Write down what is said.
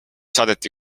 saadeti